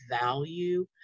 value